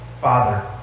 Father